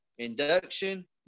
Induction